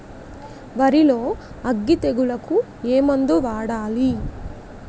వరిలో అగ్గి తెగులకి ఏ మందు వాడాలి?